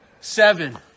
seven